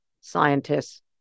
scientists